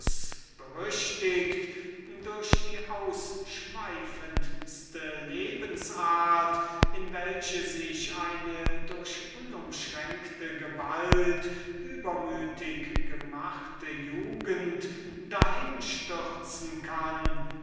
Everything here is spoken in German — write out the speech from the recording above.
dionysius dionysius berüchtiget durch die ausschweifendeste lebens-art in welcher sich eine durch unumschränkte gewalt übermütig gemachte jugend dahin stürzen kann der